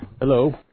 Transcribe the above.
Hello